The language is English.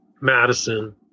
Madison